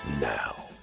Now